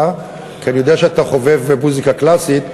כי אני יודע שאתה חובב מוזיקה קלאסית,